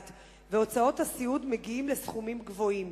והוצאות הסיעוד מגיעות לסכומים גבוהים.